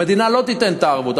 המדינה לא תיתן את הערבות.